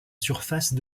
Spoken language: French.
surface